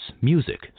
music